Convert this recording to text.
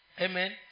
Amen